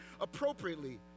appropriately